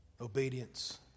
Obedience